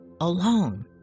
alone